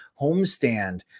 homestand